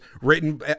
written